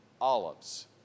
olives